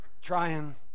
trying